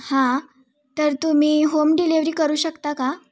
हां तर तुम्ही होम डिलेवरी करू शकता का